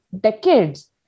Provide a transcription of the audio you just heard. decades